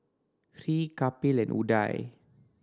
Hri Kapil and Udai